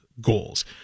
goals